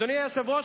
אדוני היושב-ראש,